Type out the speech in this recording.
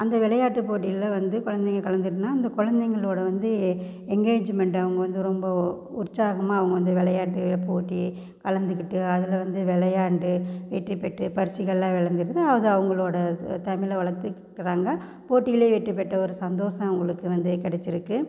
அந்த விளையாட்டு போட்டியில் வந்து குழந்தைங்க கலந்துக்கிட்னா அந்த குழந்தைகளோட வந்து எங்கேரேஜிமண்ட் அவங்க வந்து ரொம்ப உற்சாகமாக அவங்க வந்து விளையாட்டு போட்டி கலந்துக்கிட்டு அதில் வந்து விளையாண்டு வெற்றி பெற்று பரிசுங்களெலாம் வளங்கிறது அது அவங்களோடய தமிழை வளர்த்துக்குறாங்க போட்டிலேயே வெற்றி பெற்ற ஒரு சந்தோசம் அவங்களுக்கு வந்து கிடைச்சிருக்கு